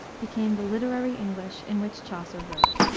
became the literary english in which chaucer wrote.